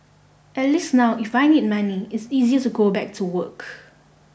at least now if I need money it's easier to go back to work